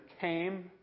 came